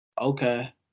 Okay